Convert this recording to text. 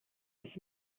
its